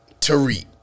Tariq